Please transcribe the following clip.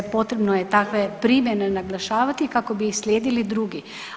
Potrebno je takve primjere naglašavati kako bi ih slijedili drugi.